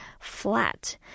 flat